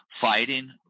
fighting